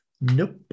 Nope